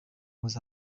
was